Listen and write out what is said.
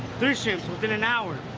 three shrimps, within an hour.